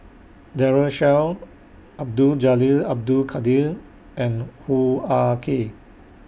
Daren Shiau Abdul Jalil Abdul Kadir and Hoo Ah Kay